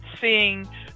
seeing